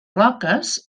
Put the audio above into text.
roques